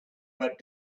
but